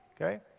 okay